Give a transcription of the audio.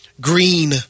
green